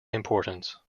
importance